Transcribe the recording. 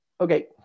Okay